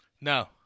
No